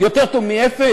יותר טוב מאפס.